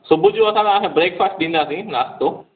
सुबुह जो असां तव्हांखे ब्रेकफ़ास्ट ॾींदासीं नाश्तो